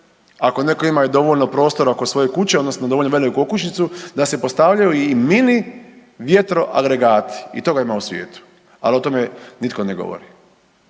ako netko ima i dovoljno prostora oko svoje kuće, odnosno dovoljno veliku okućnicu, da se postavljaju i mini vjetro-agregati. I toga ima u svijetu. Ali o tome nitko ne govori.